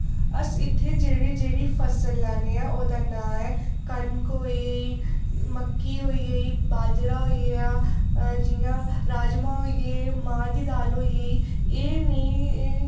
अस इत्थै जेह्ड़ी जेह्ड़ी फसल लान्ने आं ओह्दा नां ऐ कनक होई गेई मक्की होई गेई बाजरा होइया जि'यां राजमा होइये मांह् दी दाल होई गेई एह् नेईं एह्